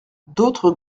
d’autres